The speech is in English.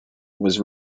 was